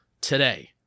today